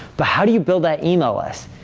but how do you build that email list.